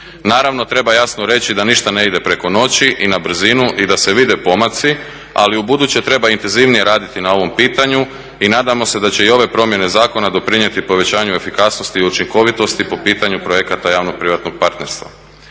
Naravno treba jasno reći da ništa ne ide preko noći i na brzinu i da se vide pomaci, ali u buduće treba intenzivnije raditi na ovom pitanju i nadamo se da će i ove promjene zakona doprinijeti povećanju efikasnosti i učinkovitosti po pitanju projekata javno-privatnog partnerstva.